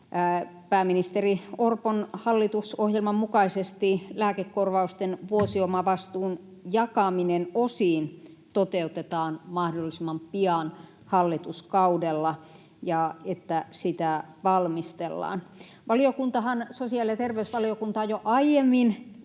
pääministeri Orpon hallitusohjelman mukaisesti lääkekorvausten vuosiomavastuun jakaminen osiin toteutetaan mahdollisimman pian hallituskaudella ja että sitä valmistellaan. Sosiaali- ja terveysvaliokuntahan on jo aiemmin